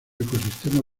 ecosistema